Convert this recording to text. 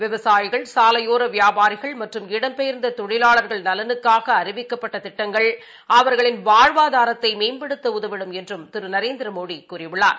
விவசாயிகள் சாலையோரவியாபாரிகள் இடம்பெயர்ந்ததொழிலாளர்கள் மற்றும் நலனுக்காகஅறிவிக்கப்பட்டதிட்டங்கள் அவர்களின் வாழ்வாதாரததைமேம்படுத்தஉதவிடும் என்றும் திருநரேந்திரமோடிகூறியுள்ளார்